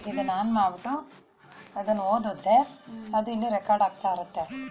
Ascosphaera apis ಶಿಲೀಂಧ್ರ ರೋಗವನ್ನು ಉಂಟುಮಾಡಿ ಜೇನುನೊಣಗಳ ಸಂಸಾರದ ಮೇಲೆ ಮಾತ್ರ ಪರಿಣಾಮ ಬೀರ್ತದೆ